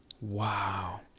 Wow